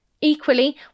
Equally